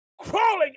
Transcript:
crawling